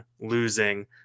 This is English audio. losing